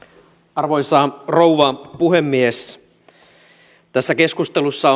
arvoisa rouva puhemies tässä keskustelussa